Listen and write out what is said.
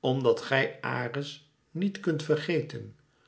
omdat gij ares niet kunt vergeten